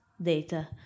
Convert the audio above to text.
data